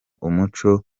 umuco